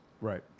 Right